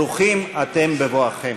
ברוכים אתם בבואכם.